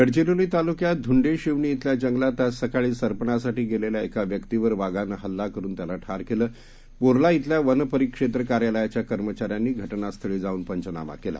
गडचिरोलीतालुक्यातधुंडेशिवणीश्रेल्याजंगलातआजसकाळीसरपणासाठीगेलेल्याएकाव्यक्तीवरवाघानंहल्लाकरुनत्यालाठारकेलं Porla खिल्यावनपरिक्षेत्रकार्यालयाच्याकर्मचाऱ्यांनीघटनास्थळीजाऊनपंचनामाकेला